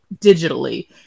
digitally